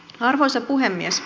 arvoisa puhemies